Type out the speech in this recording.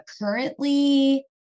currently